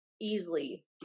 easily